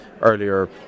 earlier